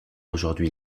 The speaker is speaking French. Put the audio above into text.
aujourd’hui